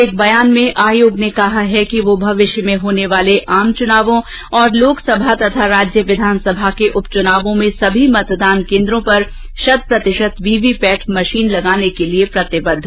एक बयान में आयोग ने कहा है कि वह भविष्य में होने वाले आम चुनावों तथा लोकसभा और राज्य विधानसभाओं के उपचुनावों में सभी मतदान केन्द्रों पर शत प्रतिशत वीवीपैट मशीनें लगाने के लिए प्रतिबद्ध है